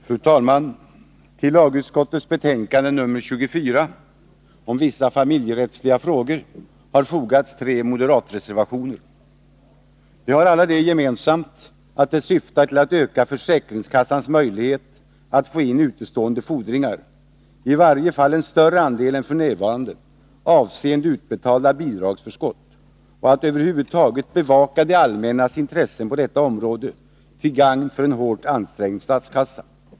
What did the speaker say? Fru talman! Till lagutskottets betänkande nr 24 om vissa familjerättsliga frågor har fogats tre moderatreservationer. De har alla det gemensamt att de syftar till att öka försäkringskassornas möjlighet att få in utestående fordringar — i varje fall en större andel än f.n. — avseende utbetalda bidragsförskott och att över huvud taget bevaka det allmännas intresse på detta område, till gagn för en hårt ansträngd statskassa.